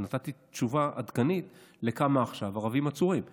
נתתי תשובה עדכנית על כמה ערבים עצורים עכשיו.